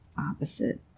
Opposite